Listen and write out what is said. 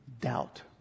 doubt